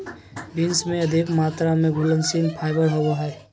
beans में अधिक मात्रा में घुलनशील फाइबर होवो हइ